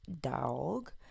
dog